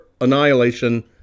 annihilation